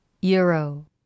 euro